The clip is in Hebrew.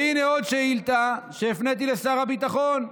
והינה עוד שאילתה, שהפניתי לשר הביטחון.